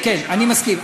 כן, אני מסכים.